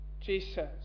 Jesus